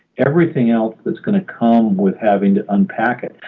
everything else that's going to come with having to unpack it.